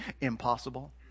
Impossible